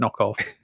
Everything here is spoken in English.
knockoff